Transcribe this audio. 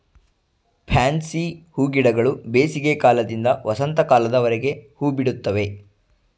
fancy ಹೂಗಿಡಗಳು ಬೇಸಿಗೆ ಕಾಲದಿಂದ ವಸಂತ ಕಾಲದವರೆಗೆ ಹೂಬಿಡುತ್ತವೆ